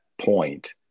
point